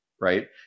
Right